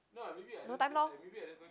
no time lor